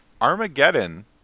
Armageddon